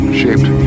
shaped